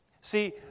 See